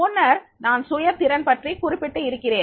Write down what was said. முன்னர் நான் சுய திறன் பற்றி குறிப்பிட்டு இருக்கிறேன்